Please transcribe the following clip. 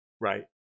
right